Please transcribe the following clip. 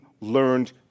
learned